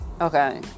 okay